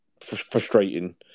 frustrating